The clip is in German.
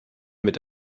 mit